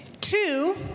two